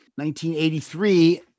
1983